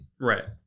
Right